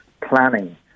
planning